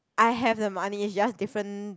I have the money is just different